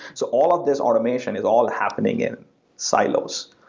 so all of these automation is all happening in siloes.